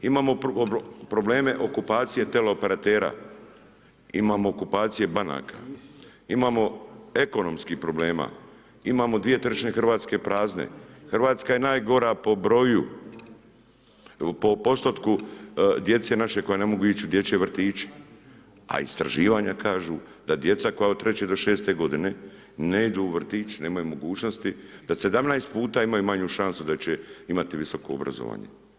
Imamo probleme okupacije teleoperatera, imamo okupacije banaka, imamo ekonomskih problema, imamo dvije trećine Hrvatske prazne, Hrvatska je najgora po postotku djece naše koja ne mogu ići u dječje vrtiće, a istraživanja kažu da djeca koja od 3-6 godine ne idu u vrtić, nemaju mogućnosti, da 17 puta imaju manju šansu da će imati visoko obrazovanje.